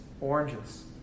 oranges